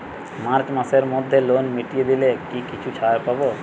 March মাসের মধ্যে loan মিটিয়ে দিলে কি কিছু ছাড় পাব?